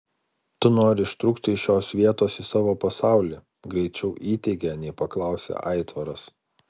tu nori ištrūkti iš šios vietos į savo pasaulį greičiau įteigė nei paklausė aitvaras